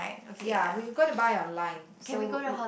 ya we gonna buy online so w~